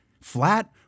Flat